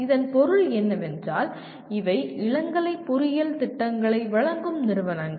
இதன் பொருள் என்னவென்றால் இவை இளங்கலை பொறியியல் திட்டங்களை வழங்கும் நிறுவனங்கள்